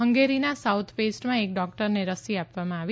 હંગેરીના સાઉથ પેસ્ટમાં એક ડોકટરને રસી આપવામાં આવી